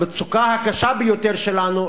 המצוקה הקשה ביותר שלנו,